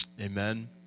Amen